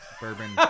bourbon